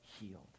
healed